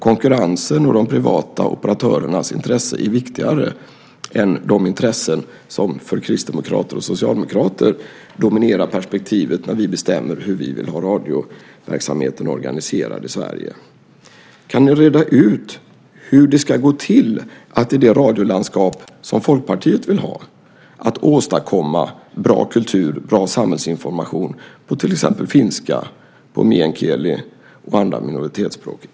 Konkurrensen och de privata operatörernas intresse är viktigare än de intressen som för kristdemokrater och socialdemokrater dominerar perspektivet när vi bestämmer hur vi vill ha radioverksamheten i Sverige. Kan ni reda ut hur det ska gå till att i det radiolandskap som Folkpartiet vill ha åstadkomma bra kultur, bra samhällsinformation på till exempel finska, meänkieli och andra minoritetsspråk?